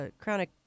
chronic